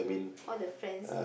all the friends